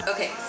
Okay